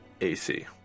AC